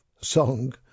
song